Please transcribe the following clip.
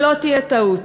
שלא תהיה טעות,